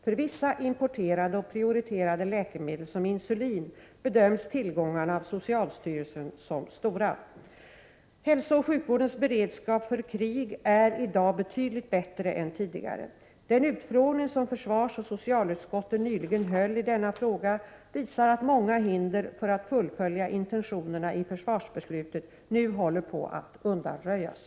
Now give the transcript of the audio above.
För vissa importerade och prioriterade läkemedel, som insulin, bedöms tillgångarna av socialstyrelsen som stora. Hälsooch sjukvårdens beredskap för krig är i dag betydligt bättre än tidigare. Den utfrågning som försvarsoch socialutskotten nyligen höll i denna fråga visar att många hinder för att fullfölja intentionerna i försvarsbeslutet nu håller på att undanröjas.